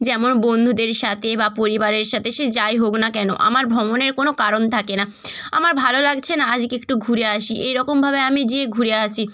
যেমন বন্ধুদের সাথে বা পরিবারের সাথে সে যাই হোক না কেন আমার ভ্রমণের কোনো কারণ থাকে না আমার ভালো লাগছে না আজকে একটু ঘুরে আসি এরকমভাবে আমি গিয়ে ঘুরে আসি